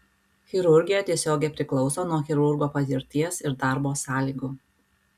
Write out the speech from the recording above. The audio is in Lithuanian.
chirurgija tiesiogiai priklauso nuo chirurgo patirties ir darbo sąlygų